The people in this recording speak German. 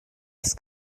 ist